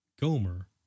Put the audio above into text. Gomer